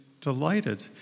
delighted